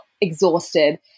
exhausted